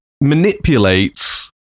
manipulates